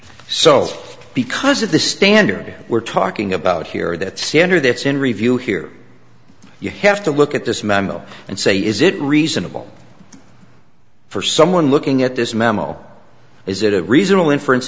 so because of the standard we're talking about here that standard it's in review here you have to look at this memo and say is it reasonable for someone looking at this memo is it a reasonable inf